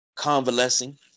convalescing